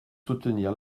soutenir